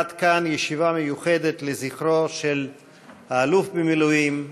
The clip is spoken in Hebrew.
עד כאן ישיבה מיוחדת לזכרו של האלוף במילואים,